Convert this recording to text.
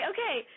Okay